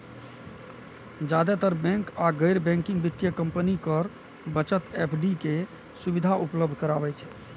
जादेतर बैंक आ गैर बैंकिंग वित्तीय कंपनी कर बचत एफ.डी के सुविधा उपलब्ध कराबै छै